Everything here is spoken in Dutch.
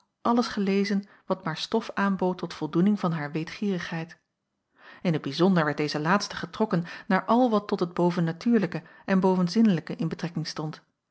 alles gelezen wat maar stof aanbood tot voldoening van haar weetgiejacob van ennep laasje evenster n t bijzonder werd deze laatste getrokken naar al wat tot het bovennatuurlijke en bovenzinnelijke in betrekking stond